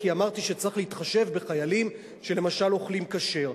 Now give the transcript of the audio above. כי אמרתי שצריך להתחשב בחיילים שלמשל אוכלים כשר.